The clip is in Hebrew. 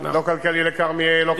לא כלכלי לכרמיאל, לא כלכלי לנתיבות.